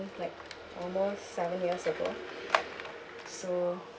like almost seven years ago so